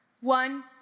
One